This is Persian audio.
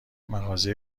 مغازه